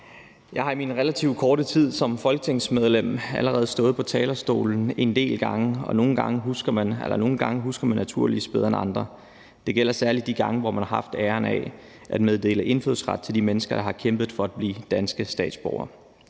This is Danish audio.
Jeg har i min relativt korte tid som folketingsmedlem allerede stået på talerstolen en del gange, og nogle gange husker man naturligvis bedre end andre. Det gælder særlig de gange, hvor man har haft æren af at meddele indfødsret til de mennesker, der har kæmpet for at blive danske statsborgere.